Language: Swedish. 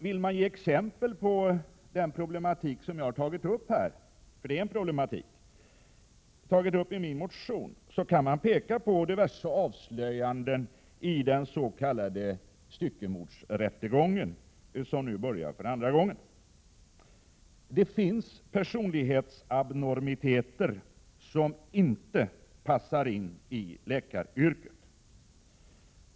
Vill man ge exempel på den problematik som jag har tagit upp i min motion, för det är en problematik, kan man peka på diverse avslöjanden i den s.k. styckmordsrättegången, som nu börjar för andra gången. Det finns personlighetsabnormiteter som inte passar in i läkaryrket.